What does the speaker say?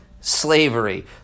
Slavery